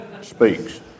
speaks